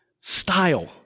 style